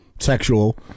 sexual